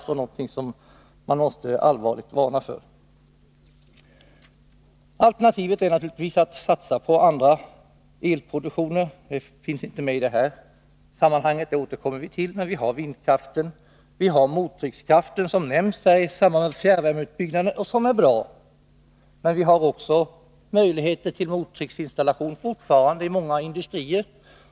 Det är någonting som man allvarligt måste varna för. Alternativet är naturligtvis att man satsar på annan elproduktion — det återkommer vi till i annat sammanhang. Vi har vindkraft, och vi har mottryckskraft, som nämns i samband med fjärrvärmeutbyggnaden och som är bra. Vi har fortfarande möjligheter till mottrycksinstallation i många industrier.